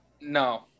No